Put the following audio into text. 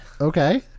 okay